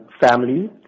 family